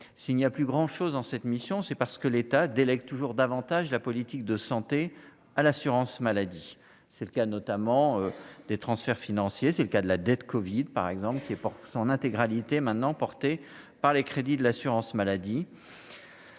s'il n'y a plus grand chose dans cette mission, c'est parce que l'État, délègue toujours davantage la politique de santé à l'assurance maladie, c'est le cas notamment des transferts financiers, c'est le cas de la dette Covid par exemple qui est pour son intégralité maintenant par les crédits de l'assurance maladie.